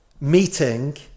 meeting